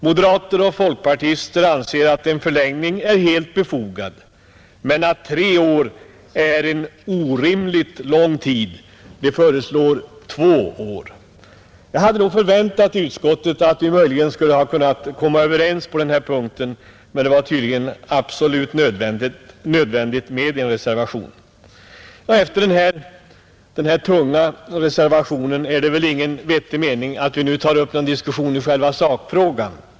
Moderater och folkpartister anser att en förlängning är helt befogad, men de anser att tre år är orimligt lång tid. De föreslår två år! Jag hade väntat att vi i utskottet möjligen skulle ha kunnat komma överens på denna punkt, men det var tydligen absolut nödvändigt med en reservation, Efter den här tunna reservationen är det väl ingen vettig mening med att vi nu tar upp en diskussion i själva sakfrågan.